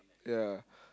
yeah